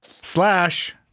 slash